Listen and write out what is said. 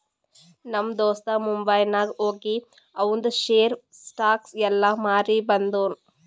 ನಮ್ ದೋಸ್ತ ಮುಂಬೈನಾಗ್ ಹೋಗಿ ಆವಂದ್ ಶೇರ್, ಸ್ಟಾಕ್ಸ್ ಎಲ್ಲಾ ಮಾರಿ ಬಂದುನ್